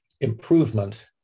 improvement